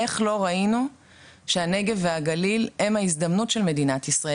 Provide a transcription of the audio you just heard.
איך לא ראינו שהנגב והגליל הם ההזדמנות של מדינת ישראל?